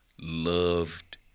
loved